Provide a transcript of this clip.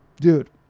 Dude